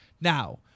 Now